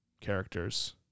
characters